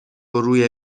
روی